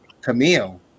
Camille